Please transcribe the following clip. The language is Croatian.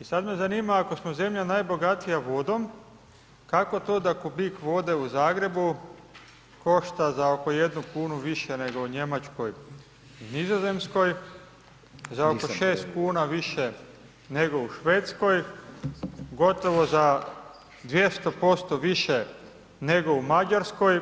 I sad me zanima ako smo zemlja najbogatija vodom, kako to da kubik vode u Zagrebu košta za oko 1 kn više nego u Njemačkoj i Nizozemskoj, za oko 6 kn više nego u Švedskoj, gotovo za 200% više nego u Mađarskoj,